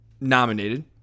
nominated